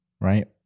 Right